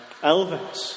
Elvis